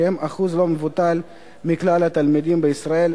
שהם אחוז לא מבוטל מכלל התלמידים בישראל,